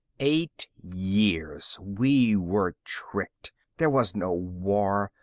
eight years. we were tricked. there was no war.